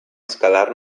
escalar